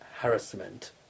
harassment